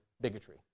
bigotry